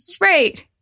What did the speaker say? Right